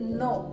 no